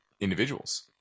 individuals